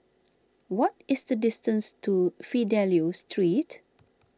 what is the distance to Fidelio Street